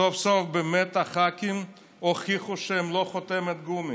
סוף-סוף באמת הח"כים הוכיחו שהם לא חותמת גומי,